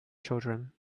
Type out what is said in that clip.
children